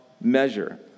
measure